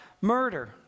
murder